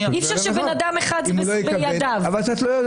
אי-אפשר שזה בידיו של בן אדם אחד.